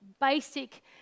basic